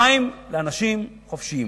המים לאנשים חופשיים,